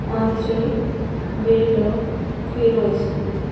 Andure Veldo Queiroz